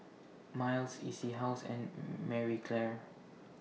Miles E C House and Marie Claire